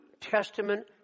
Testament